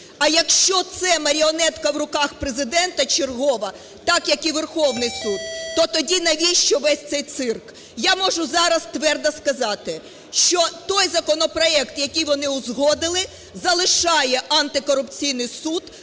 а якщо це маріонетка в руках Президента чергова, так, як і Верховний Суд, то тоді навіщо весь цей цирк. Я можу зараз твердо сказати, що той законопроект, який вони узгодили, залишає антикорупційний суд